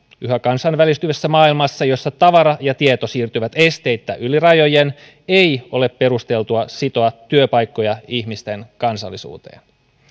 yhä kansainvälistyvässä maailmassa jossa tavara ja tieto siirtyvät esteittä yli rajojen ei ole perusteltua sitoa työpaikkoja ihmisten kansallisuuteen